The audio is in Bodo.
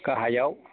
गाहाइयाव